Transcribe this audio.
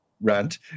rant